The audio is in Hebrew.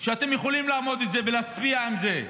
שאתם יכולים לעמוד בו ולהצביע עם זה.